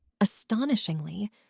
Astonishingly